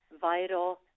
vital